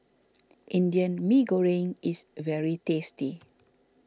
Indian Mee Goreng is very tasty